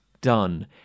done